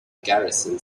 garrison